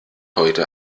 heute